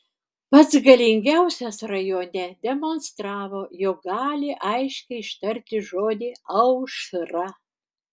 pats galingiausias rajone demonstravo jog gali aiškiai ištarti žodį aušra